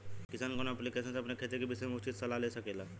किसान कवन ऐप्लिकेशन से अपने खेती के विषय मे उचित सलाह ले सकेला?